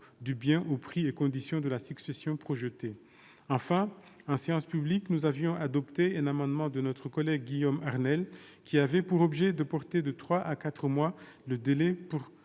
du bien aux prix et conditions de la cession projetée. Enfin, en séance publique, nous avions adopté un amendement de notre collègue Guillaume Arnell, qui avait pour objet de porter de trois à quatre mois le délai dont